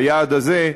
על היעד הזה,